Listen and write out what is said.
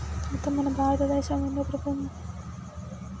అయితే మన భారతదేశం నుండి ప్రపంచయప్తంగా జూట్ ఉత్పత్తి ఎగుమతవుతుంది